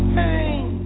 pain